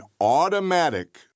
automatic